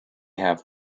have